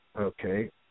okay